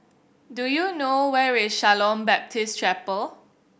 do you know where is Shalom Baptist Chapel